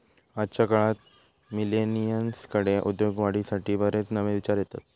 आजच्या काळात मिलेनियल्सकडे उद्योगवाढीसाठी बरेच नवे विचार येतत